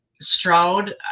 Stroud